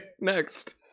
next